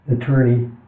attorney